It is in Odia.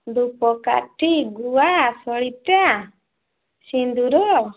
ଧୂପକାଠି ଗୁଆ ସଳିତା ସିନ୍ଦୁର